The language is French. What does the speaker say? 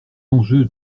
enjeu